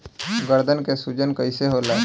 गर्दन के सूजन कईसे होला?